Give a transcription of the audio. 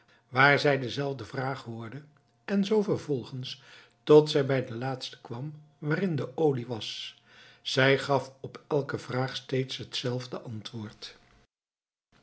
waar zij dezelfde vraag hoorde en zoo vervolgens tot zij bij den laatsten kwam waarin de olie was zij gaf op elke vraag steeds hetzelfde antwoord